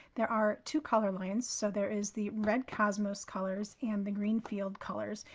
there are two color lines. so there is the red cosmos colors and the green fields colors.